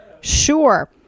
sure